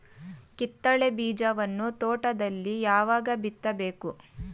ಕಿತ್ತಳೆ ಬೀಜವನ್ನು ತೋಟದಲ್ಲಿ ಯಾವಾಗ ಬಿತ್ತಬೇಕು?